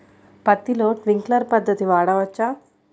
పత్తిలో ట్వింక్లర్ పద్ధతి వాడవచ్చా?